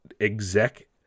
exec